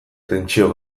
tentsio